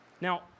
Now